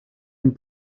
dem